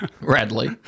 Radley